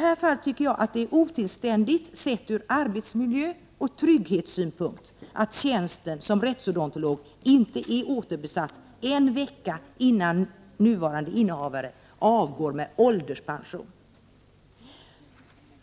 Jag tycker att det är otillständigt, sett ur arbetsmiljöoch trygghetssynpunkt, att tjänsten som rättsodontolog inte är återbesatt en vecka innan nuvarande innehavare avgår med ålderspension.